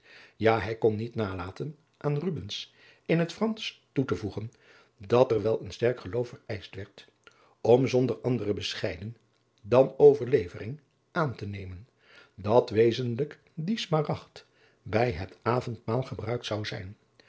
ja hij kon niet nalaten aan rubbens in het fransch toe te voegen dat er wel een sterk geloof vereischt werd om zonder andere bescheiden dan overlevering aan te nemen dat wezenlijk die smaragd bij het avondmaal gebruikt zou zijn